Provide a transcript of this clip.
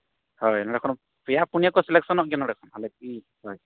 ᱦᱳᱭ ᱱᱚᱸᱰᱮ ᱠᱷᱚᱱᱟᱜ ᱯᱮᱭᱟᱼᱯᱩᱱᱭᱟᱹ ᱠᱚ ᱥᱤᱞᱮᱠᱥᱚᱱᱚᱜ ᱜᱮᱭᱟ ᱠᱚ ᱱᱚᱸᱰᱮ ᱠᱷᱚᱱᱟᱜ ᱦᱳᱭ